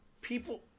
people